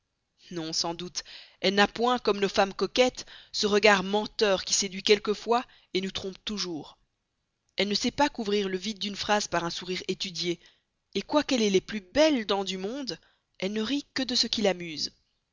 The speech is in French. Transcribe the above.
non sans doute elle n'a point comme nos femmes coquettes ce regard menteur qui séduit quelquefois et nous trompe toujours elle ne sait pas couvrir le vide d'une phrase par un sourire étudié et quoiqu'elle ait les plus belles dents du monde elle ne rit que de ce qui l'amuse